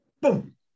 Boom